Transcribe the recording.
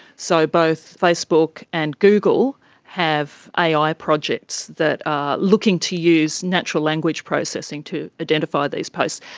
so both facebook and google have ai ai projects that are looking to use natural language processing to identify these posts.